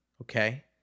okay